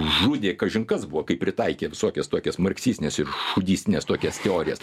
žudė kažin kas buvo kai pritaikė visokias tokias marksistinės ir šūdistines tokias teorijas